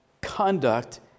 conduct